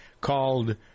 called